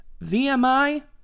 VMI